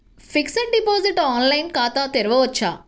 Fixed deposit online ఖాతా తెరువవచ్చా?